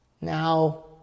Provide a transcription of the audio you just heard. now